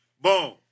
Boom